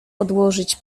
odłożyć